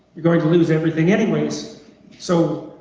you're going to lose everything anyways so,